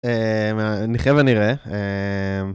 נחיה ונראה